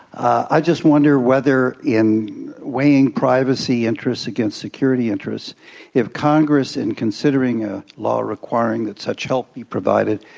i just wonder whether, in weighing privacy interests against security interests if congress, in considering a law requiring that such help be provided,